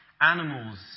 animals